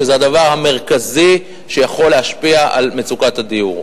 וזה הדבר המרכזי שיכול להשפיע על מצוקת הדיור.